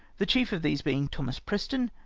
the chief of these being thomas preston,